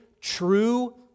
true